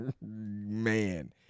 man